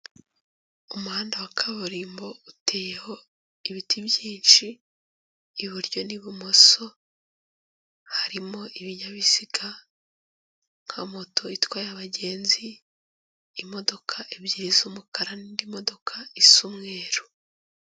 Umuhanda wa kaburimbo, uteyeho ibiti byinshi iburyo n'ibumoso. Harimo ibinyabiziga nka moto itwaye abagenzi, imodoka ebyiri z'umukara n'indi modoka isa umweru.